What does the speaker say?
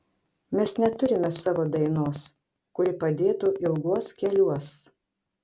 mes neturim savo dainos kuri padėtų ilguos keliuos